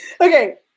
okay